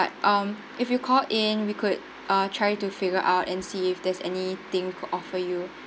um if you call in we could uh try to figure out and see if there's anything to offer you